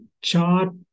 chart